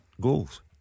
goals